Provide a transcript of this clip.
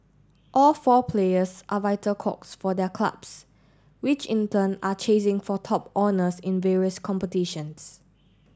all four players are vital cogs for their clubs which in turn are chasing for top honours in various competitions